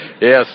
Yes